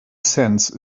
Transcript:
cents